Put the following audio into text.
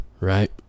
right